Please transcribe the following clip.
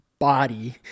body